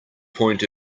point